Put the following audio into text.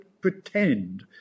pretend